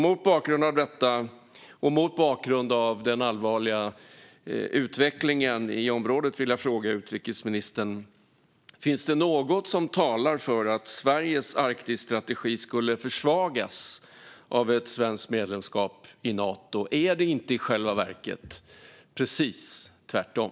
Mot bakgrund av detta och mot bakgrund av den allvarliga utvecklingen i området frågar jag utrikesministern: Finns det något som talar för att Sveriges Arktisstrategi skulle försvagas av ett svenskt medlemskap i Nato? Är det inte i själva verket precis tvärtom?